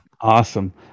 Awesome